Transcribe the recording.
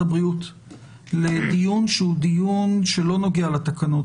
הבריאות לדיון שהוא דיון שלא נוגע לתקנות.